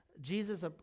Jesus